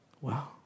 Wow